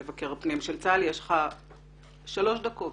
מבקר הפנים של צה"ל, יש לך שלוש דקות,